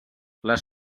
les